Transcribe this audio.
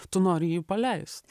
tu nori jį paleist